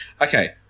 Okay